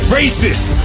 racist